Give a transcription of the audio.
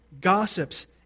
gossips